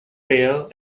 pear